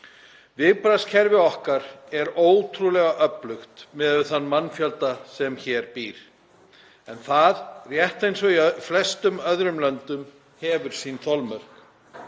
Viðbragðskerfi okkar er ótrúlega öflugt miðað við þann mannfjölda sem hér býr en það, rétt eins og í flestum öðrum löndum, hefur sín þolmörk.